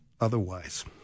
otherwise